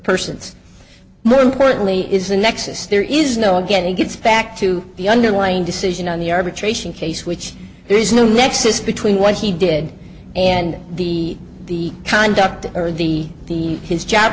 persons more importantly is a nexus there is no again it gets back to the underlying decision on the arbitration case which there is no nexus between what he did and the the conduct of the the his job